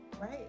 right